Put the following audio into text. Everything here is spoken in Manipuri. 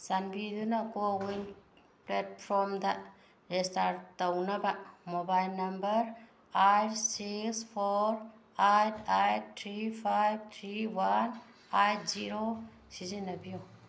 ꯆꯥꯟꯕꯤꯗꯨꯅ ꯀꯣꯋꯤꯟ ꯄ꯭ꯂꯦꯠꯐꯣꯔꯝꯗ ꯔꯦꯖꯤꯁꯇꯥꯔ ꯇꯧꯅꯕ mobile number eight six four eight eight three five three one eight zero ꯁꯤꯖꯤꯟꯅꯕꯤꯌꯨ